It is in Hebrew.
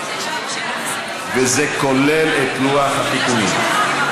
וזה כולל את לוח התיקונים.